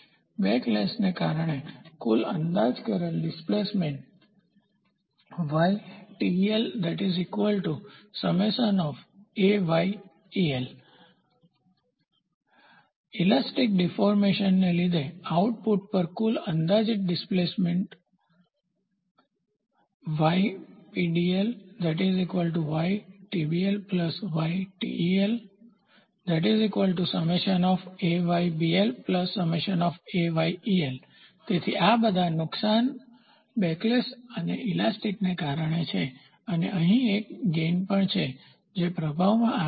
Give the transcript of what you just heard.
બેકલેશને કારણે કુલ અંદાજ કરેલ ડિસ્પ્લેસમેન્ટ ઈલાસ્ટિક ડીફોર્મશન સ્થિતિસ્થાપક વિરૂપતા ને લીધે આઉટપુટ પર કુલ અંદાજિત ડિસ્પ્લેસમેન્ટ નુકસાન તેથી આ બધા નુકસાન બેકલેશ અને ઈલાસ્ટિકસ્થિતિસ્થાપક ને કારણે છે અને અહીં એક ગેઇનફાયદો પણ છે જે પ્રભાવમાં આવે છે